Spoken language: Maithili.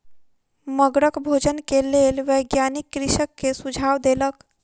मगरक भोजन के लेल वैज्ञानिक कृषक के सुझाव देलक